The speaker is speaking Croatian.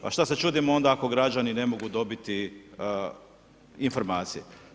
Pa što se čudimo onda ako građani ne mogu dobiti informacije.